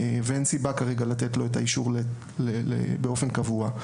ואין סיבה, כרגע, לתת לו את האישור באופן קבוע.